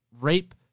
rape